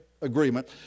agreement